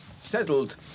settled